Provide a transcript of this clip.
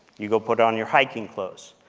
you go put on your hiking clothes,